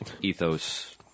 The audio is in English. ethos